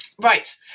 Right